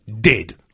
dead